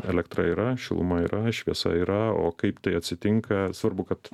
elektra yra šiluma yra šviesa yra o kaip tai atsitinka svarbu kad